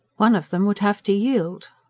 one of them would have to yield.